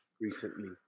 recently